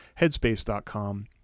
headspace.com